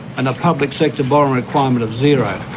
and a public sector borrowing requirement of zero.